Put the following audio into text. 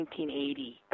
1980